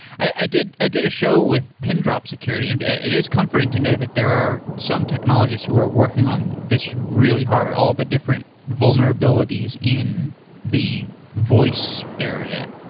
i did i did a show with pindrop security and it is comforting to know that there are some technologists who are working on this really hard, all of the different vulnerabilities in the voice area.